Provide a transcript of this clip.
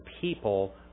people